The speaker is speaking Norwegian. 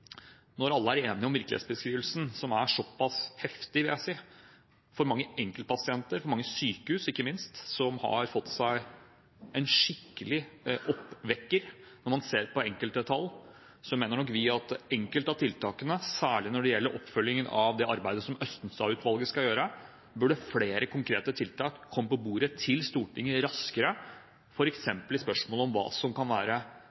når alle er enige om en virkelighetsbeskrivelse som er såpass heftig for mange enkeltpasienter, og ikke minst for mange sykehus, som har fått seg en skikkelig vekker når man ser på enkelte tall, mener nok vi – særlig når det gjelder oppfølgingen av det arbeidet som Østenstad-utvalget skal gjøre – at flere konkrete tiltak burde komme på bordet til Stortinget raskere, f.eks. i spørsmålet om hva som kan være